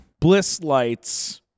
Blisslights